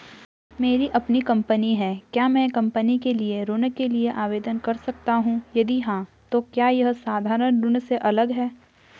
मेरी अपनी कंपनी है क्या मैं कंपनी के लिए ऋण के लिए आवेदन कर सकता हूँ यदि हाँ तो क्या यह साधारण ऋण से अलग होगा?